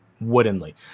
woodenly